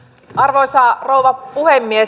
arvoisa rouva puhemies